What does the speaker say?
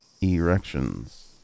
erections